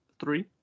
three